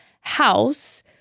house